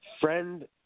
friend